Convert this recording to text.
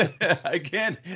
Again